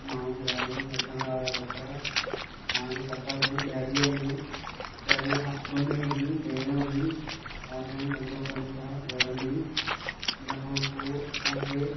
माण्हू ॾियारियुनि में वठंदा हुआ कपिड़ा हाणे छाथा कन ॾियारीअ में ॾियारीअ खां अॻ में ई पहिरियों ई ऑनलाइन धंधो कनि था घर में ई इन खां पोइ असांखे